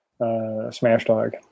SmashDog